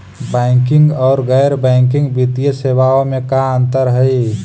Banking और गैर banking वित्तीय सेवाओं में का अंतर हइ?